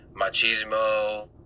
machismo